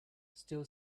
still